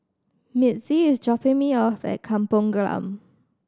Mitzi is dropping me off at Kampong Glam